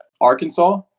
arkansas